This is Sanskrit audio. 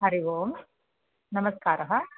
हरिः ओं नमस्कारः